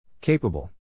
Capable